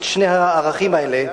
את שני הערכים האלה,